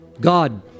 God